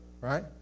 right